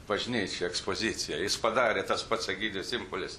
bažnyčioj ekspoziciją jis padarė tas pats egidijus impolis